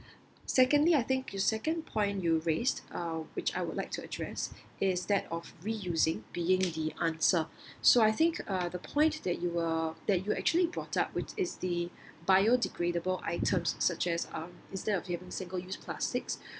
secondly I think you second point you raised uh which I would like to address is that of reusing being the answer so I think uh the point that you were that you actually brought up which is the biodegradable items such as uh instead of having single use plastics